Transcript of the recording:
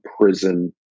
prison